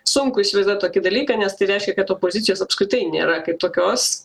sunku įsivaizduot tokį dalyką nes tai reiškia kad opozicijos apskritai nėra kaip tokios